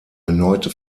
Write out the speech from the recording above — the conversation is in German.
erneute